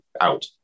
out